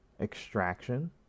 Extraction